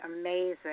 amazing